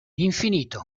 infinito